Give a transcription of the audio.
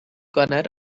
gwener